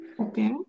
Okay